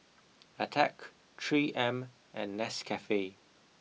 Attack three M and Nescafe